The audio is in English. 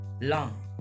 long